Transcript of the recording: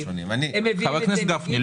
חבר הכנסת גפני,